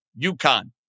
UConn